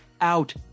out